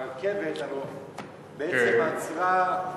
הרכבת בעצם עצרה,